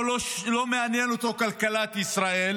או לא מעניינת אותו כלכלת ישראל